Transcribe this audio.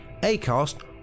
Acast